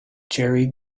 jerry